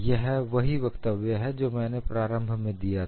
यह वही वक्तव्य है जो मैंने प्रारंभ में दिया था